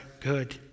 good